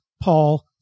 Paul